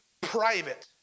private